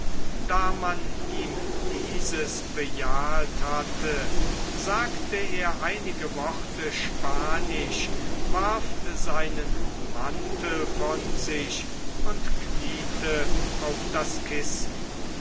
da man ihm dies bejahet hatte sagte er einige worte spanisch warf seinen mantel von sich und kniete auf das kissen